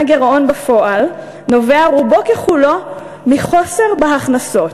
הגירעון בפועל נובע רובו ככולו מחוסר בהכנסות.